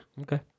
Okay